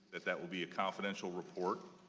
that that will be a confidential report,